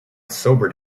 sobered